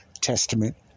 Testament